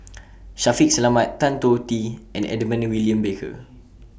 Shaffiq Selamat Tan Tee and Edmund William Barker